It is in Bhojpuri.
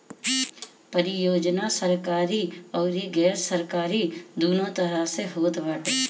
परियोजना सरकारी अउरी गैर सरकारी दूनो तरही के होत बाटे